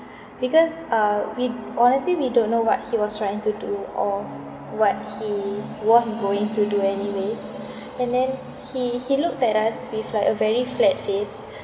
because uh we honestly we don't know what he was trying to do or what he was going to do anyways and then he he looked at us with like a very flat face